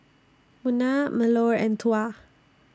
Munah Melur and Tuah